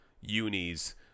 unis